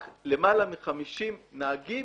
רק למעלה מ-50 נהגים,